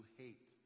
hate